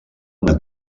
una